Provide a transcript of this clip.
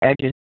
edges